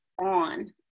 on